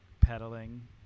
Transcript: pedaling